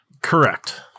Correct